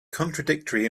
contradictory